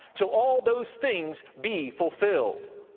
till all those things be fulfilled.